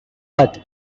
but